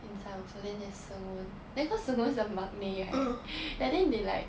inside also then there's sung woon then cause sung woon is the maknae right and then they like